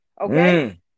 Okay